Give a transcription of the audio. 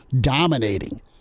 dominating